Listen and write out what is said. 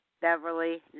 Beverly